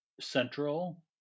central